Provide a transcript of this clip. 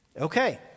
Okay